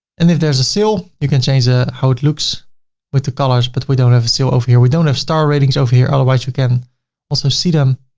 and if there's a sale, you can change how it looks with the colors, but we don't have a sale over here. we don't have star ratings over here otherwise you can also see them.